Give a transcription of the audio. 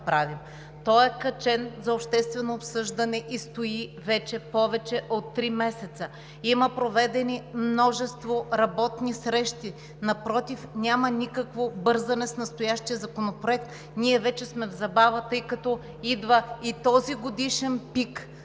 Той е качен за обществено обсъждане и стои вече повече от три месеца. Има проведени множество работни срещи. Напротив, няма никакво бързане с настоящия законопроект. Ние вече сме в забава, тъй като идва и този годишен пик